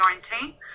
2019